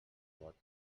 vot